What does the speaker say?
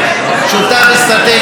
שותף אסטרטגי.